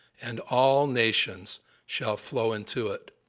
and all nations shall flow unto it.